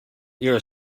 you’re